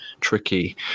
tricky